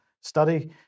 study